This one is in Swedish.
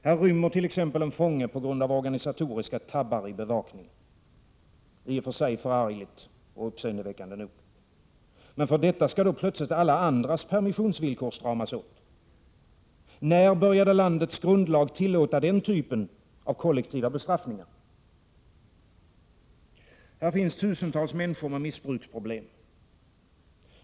Här rymmer t.ex. en fånge på grund av organisatoriska tabbar i bevakningen, i och för sig förargligt och uppseendeväckande nog. Men för detta skall plötsligt alla andras permissionsvillkor stramas åt. När började landets grundlag tillåta den typen av kollektiva bestraffningar? Här finns tusentals människor med missbruksproblem.